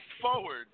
forward